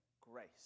grace